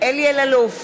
אלי אלאלוף,